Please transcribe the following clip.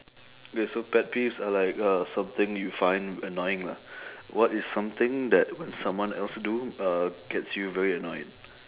okay so pet peeves are like uh something you find annoying lah what is something that when someone else do uh gets you very annoyed